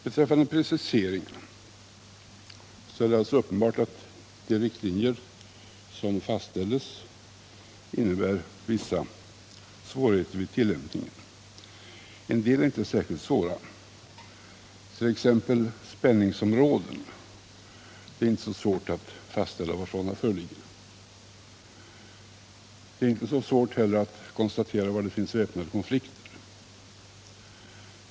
Beträffande preciseringen är det uppenbart att de riktlinjer som fastställdes innebär vissa svårigheter vid tillämpningen. En del är inte särskilt svåra att tillämpa. Det gäller t.ex. den om spänningsområden — det är inte så svårt att fastställa om sådana föreligger. Det är inte heller så svårt att konstatera var det finns väpnade konflikter.